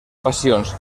passions